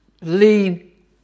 lean